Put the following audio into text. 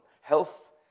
Health